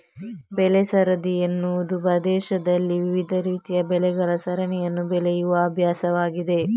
ಬೆಳೆ ಸರದಿ ಎನ್ನುವುದು ಪ್ರದೇಶದಲ್ಲಿ ವಿವಿಧ ರೀತಿಯ ಬೆಳೆಗಳ ಸರಣಿಯನ್ನು ಬೆಳೆಯುವ ಅಭ್ಯಾಸವಾಗಿದೆ